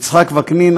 יצחק וקנין,